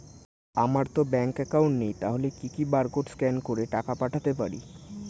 আমারতো bank account নেই তাহলে কি কি বারকোড স্ক্যান করে টাকা পাঠাতে পারি?